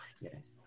yes